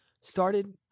started